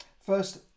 first